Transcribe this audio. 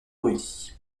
rudy